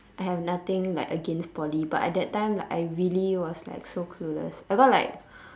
I have nothing like against poly but at that time like I really was like so clueless I got like